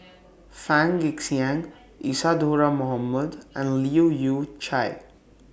Fang Guixiang Isadhora Mohamed and Leu Yew Chye